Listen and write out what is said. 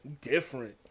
Different